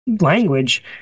language